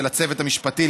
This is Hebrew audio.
ולצוות המשפטי,